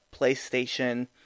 PlayStation